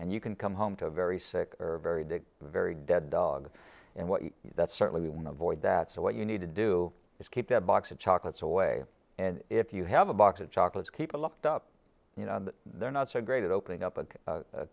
and you can come home to a very sick very day very dead dog and what that's certainly in the void that so what you need to do is keep that box of chocolates away and if you have a box of chocolates keep it locked up you know they're not so great at opening up a